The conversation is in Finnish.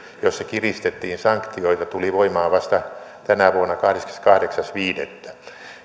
jossa kiristettiin sanktioita tuli voimaan vasta tänä vuonna kahdeskymmeneskahdeksas viidettä